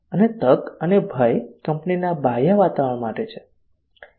અને તક અને ભય કંપનીના બાહ્ય વાતાવરણ માટે છે